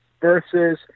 versus